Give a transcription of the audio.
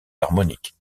harmoniques